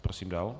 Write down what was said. Prosím dál.